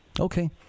okay